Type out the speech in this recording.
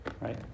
right